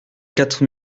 quatre